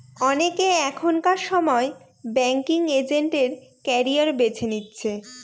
অনেকে এখনকার সময় ব্যাঙ্কিং এজেন্ট এর ক্যারিয়ার বেছে নিচ্ছে